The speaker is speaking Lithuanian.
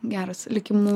geras likimu